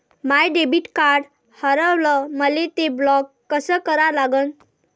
माय debit card हारवलं, मले ते ब्लॉक कस करा लागन?